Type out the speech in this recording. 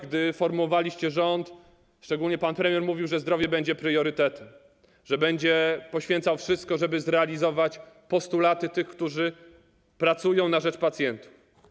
Gdy formowaliście rząd, szczególnie pan premier w swoich wystąpieniach mówił, że zdrowie będzie priorytetem, że będzie poświęcał wszystko, żeby zrealizować postulaty tych, którzy pracują na rzecz pacjenta.